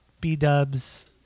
B-Dub's